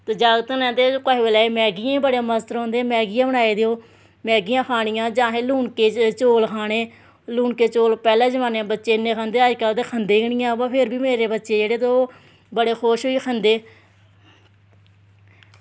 ते जागत न ते मैगियें गी बड़े मस्त रौहंदे मैगियां बनाई देओ मैग्गियां खानियां जां असेंगी लूनके चौल खाने ओह् लूनके चौल बच्चे पैह्लै जमानै इन्ने खंदे हे ते अजकल्ल ते खंदे निं ऐ पर फिर बी मेरे बच्चे ते जेह्ड़े ओह् बड़े खुश होइयै खंदे